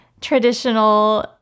traditional